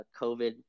COVID